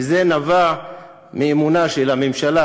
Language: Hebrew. וזה נבע מאמונה של הממשלה,